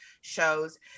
shows